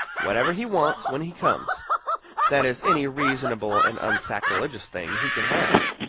whatever he wants, when he comes that is, any reasonable and unsacrilegious thing he can have.